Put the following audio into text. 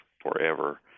forever